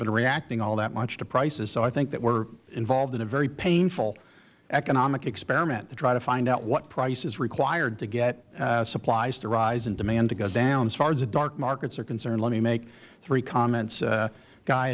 been reacting all that much to prices so i think that we are involved in a very painful economic experiment to try to find out what price is required to get supplies to rise and demand to go down as far as the dark markets are concerned let me make three comments